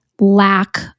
lack